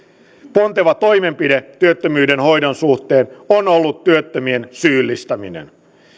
ponteva toimenpide työttömyyden hoidon suhteen on ollut työttömien syyllistäminen